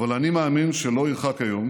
אבל אני מאמין שלא ירחק היום